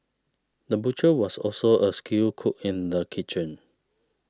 the butcher was also a skilled cook in the kitchen